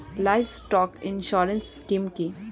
Livestock insurance scheme কি?